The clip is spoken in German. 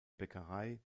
bäckerei